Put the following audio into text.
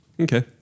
Okay